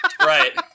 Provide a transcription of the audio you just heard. Right